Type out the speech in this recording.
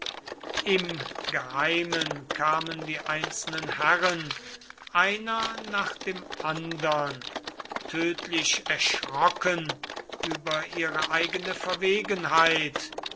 im geheimen kamen die einzelnen herren einer nach dem andern tödlich erschrocken über ihre eigene verwegenheit